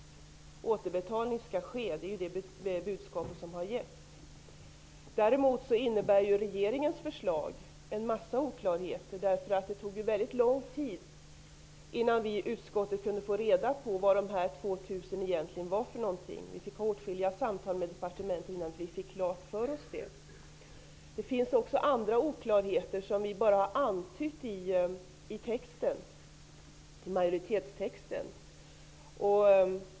Återbetalning skall ske. Det är det budskap som har givits. Däremot innebär regeringens förslag en massa oklarheter. Det tog ju väldigt lång tid innan vi i utskottet kunde få reda på vad de 2 000 kronorna egentligen var för pengar. Vi fick ha åtskilliga samtal med departementet innan vi fick det klart för oss. Det finns också andra oklarheter som vi bara har antytt i utskottsmajoritetens text.